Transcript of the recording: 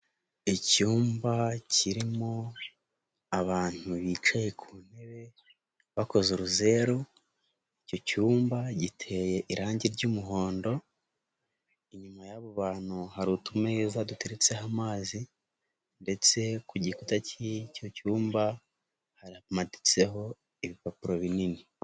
Icyumba kirimo abantu bicaye ku ntebe bakoze uruzeru, icyo cyumba giteye irangi ry'umuhondo, inyuma y'abo bantu hari utumeza duteretseho amazi ndetse ku gikuta k'icyo cyumba hamaditseho ibipapuro binini.